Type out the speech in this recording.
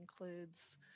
includes